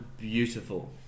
beautiful